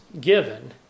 given